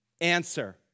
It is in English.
Answer